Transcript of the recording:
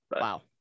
Wow